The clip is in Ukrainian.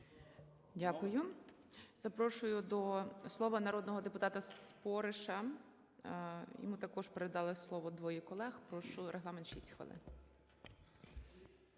Дякую. Запрошую до слова народного депутата Спориша, йому також передали слово двоє колег. Прошу, регламент 6 хвилин.